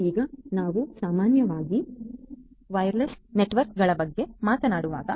ಈಗ ನಾವು ಸಾಮಾನ್ಯವಾಗಿ ವೈರ್ಲೆಸ್ ನೆಟ್ವರ್ಕ್ಗಳ ಬಗ್ಗೆ ಮಾತನಾಡುವಾಗ